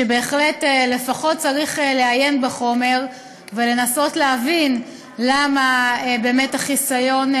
שבהחלט לפחות צריך לעיין בחומר ולנסות להבין למה החיסיון,